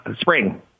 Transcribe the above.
spring